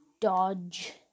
Dodge